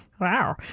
Wow